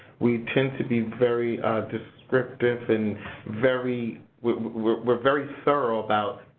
we tend to be very descriptive and very we're we're very thorough about,